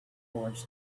wars